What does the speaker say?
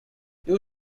you